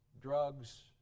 Drugs